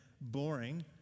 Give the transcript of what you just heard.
boring